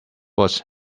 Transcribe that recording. was